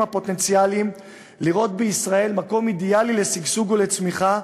הפוטנציאליים לראות בישראל מקום אידיאלי לשגשוג ולצמיחה,